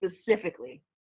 specifically